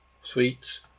sweets